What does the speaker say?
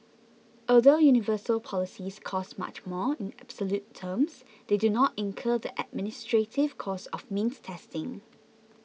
although universal policies cost much more in absolute terms they do not incur the administrative costs of means testing